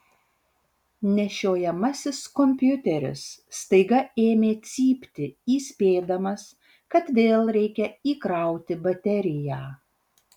nešiojamasis kompiuteris staiga ėmė cypti įspėdamas kad vėl reikia įkrauti bateriją